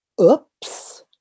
oops